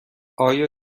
آیا